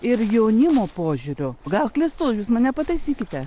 ir jaunimo požiūriu gal klystu jūs mane pataisykite